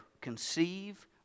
conceive